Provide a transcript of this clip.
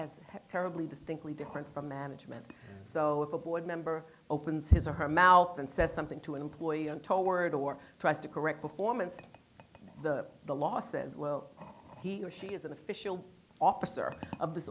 member terribly distinctly different from management so if a board member opens his or her mouth and says something to an employee told word or tries to correct performance the the law says well he or she is an official officer of this